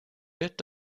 wird